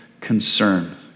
concern